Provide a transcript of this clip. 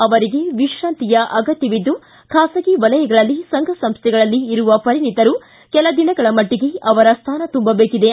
ಅವರಿಗೆ ವಿಶ್ರಾಂತಿಯ ಅಗತ್ನವಿದ್ದು ಖಾಸಗಿ ವಲಯಗಳಲ್ಲಿ ಸಂಘ ಸಂಸ್ಲೆಗಳಲ್ಲಿ ಇರುವ ಪರಿಣಿತರು ಕೆಲದಿನಗಳ ಮಟ್ಟಿಗೆ ಅವರ ಸ್ಲಾನ ತುಂಬಬೇಕಿದೆ